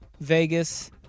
Vegas